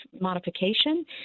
modification